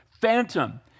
phantom